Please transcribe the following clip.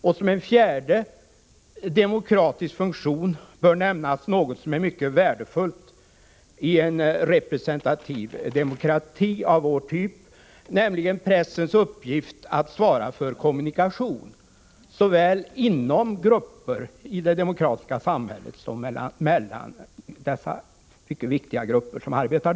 För det fjärde bör som en demokratisk funktion nämnas något som är mycket värdefullt i en representativ demokrati av vår typ, nämligen pressens uppgift att svara för kommunikation såväl inom de grupper som arbetar i samhället som mellan dessa mycket viktiga grupper.